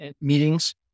meetings